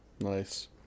Nice